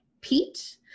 Pete